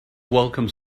welcome